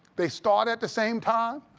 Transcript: they start at the same time,